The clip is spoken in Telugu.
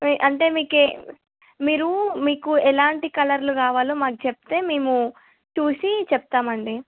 మీ అంటే మీకు మీరు మీకు ఎలాంటి కలర్లు కావాలో మాకు చెప్తే మేము చూసి చెప్తాం అండి